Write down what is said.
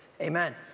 Amen